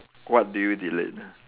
what do you delete